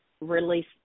release